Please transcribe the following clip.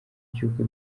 cy’uko